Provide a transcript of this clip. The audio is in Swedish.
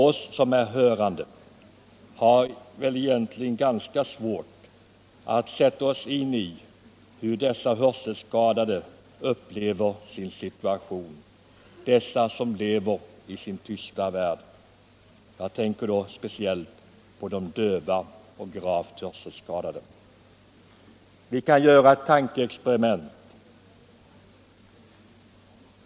Vi som är hörande har ganska svårt att sätta oss in i hur de hörselskadade upplever sin situation — dessa som lever i sin tysta värld, de döva och de gravt hörselskadade. Vi kan göra ett tankeexperiment.